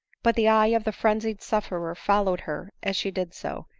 but the eye of the frenzied sufferer followed her as she did so,